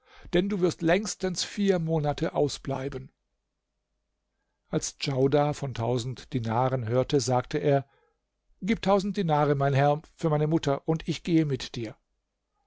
denn du wirst längstens vier monate ausbleiben als djaudar von tausend dinaren hörte sagte er gib tausend dinare mein herr für meine mutter und ich gehe mit dir